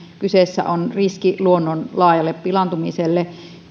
kyseessä on riski luonnon laajasta pilaantumisesta